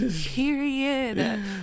period